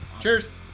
Cheers